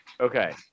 Okay